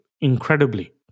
incredibly